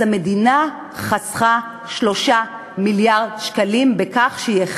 אז המדינה חסכה 3 מיליארד שקלים בכך שהיא